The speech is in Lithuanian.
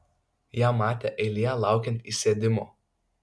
ją matė eilėje laukiant įsėdimo